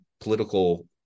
political